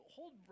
Hold